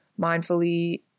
mindfully